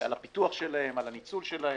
על הפיתוח שלהם, על הניצול שלהם,